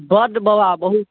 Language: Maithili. बड बाबा बहुत